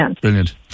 Brilliant